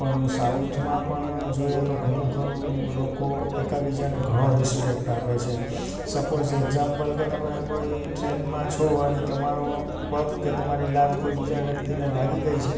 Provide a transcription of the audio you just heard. પણ સાઉથમાં પણ જોઈએ તો ઘણું ખરું લોકો એકબીજાને ઘણો રિસ્પેક્ટ આપે છે સ્પોઝ એક્ઝામ્પલ કે તમે કોઈ ટ્રેનમાં છો અને તમારો પગ કે તમારી લાત કોઇ બીજા વ્યક્તિને લાગી ગઈ છે